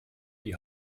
die